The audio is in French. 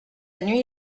nuit